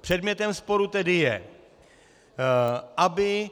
Předmětem sporu tedy je, aby